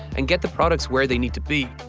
and get the products where they need to be.